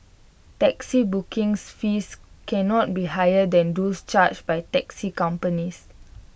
taxi booking fees cannot be higher than those charged by taxi companies